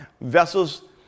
vessels